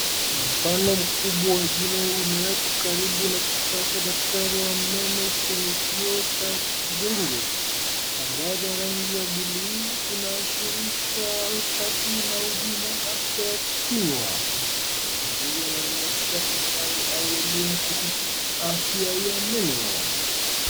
Mfano mkubwa wa jino imewakwa karibu na kifaa cha daktari wa meno chenye kioo cha buluu. Mandhari ya rangi ya buluu inaashirisha usafi na huduma ya afya ya kinywa. Mazingira inaonyesha tangazo au elimu kuhusu afya ya meno.